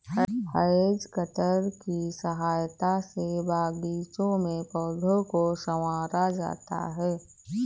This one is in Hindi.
हैज कटर की सहायता से बागीचों में पौधों को सँवारा जाता है